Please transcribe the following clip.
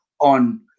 on